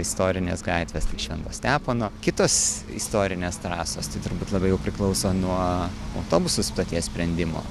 istorinės gatvės tai švento stepono kitos istorinės trasos tai turbūt labai jau priklauso nuo autobusų stoties sprendimo